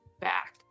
back